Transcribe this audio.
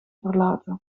verlaten